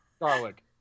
garlic